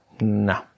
No